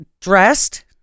dressed